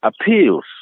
appeals